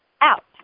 out